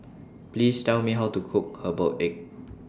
Please Tell Me How to Cook Herbal Egg